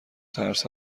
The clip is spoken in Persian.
ترس